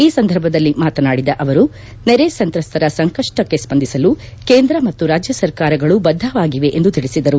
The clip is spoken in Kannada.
ಈ ಸಂದರ್ಭದಲ್ಲಿ ಮಾತನಾಡಿದ ಅವರು ನೆರೆ ಸಂತ್ರಸ್ತರ ಸಂಕಪ್ಪಕ್ಕೆ ಸ್ಪಂದಿಸಲು ಕೇಂದ್ರ ಮತ್ತು ರಾಜ್ಯ ಸರ್ಕಾರಗಳು ಬದ್ದವಾಗಿವೆ ಎಂದು ತಿಳಿಸಿದರು